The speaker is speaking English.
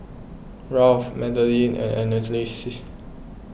Ralph Madelyn and Anneliese